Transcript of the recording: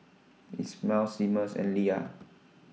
IT Ismael Seamus and Lia